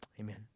amen